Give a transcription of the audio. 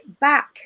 back